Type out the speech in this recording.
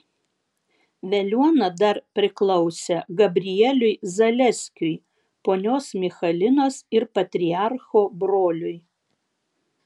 veliuona dar priklausė gabrieliui zaleskiui ponios michalinos ir patriarcho broliui